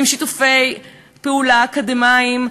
עם שיתופי פעולה אקדמיים,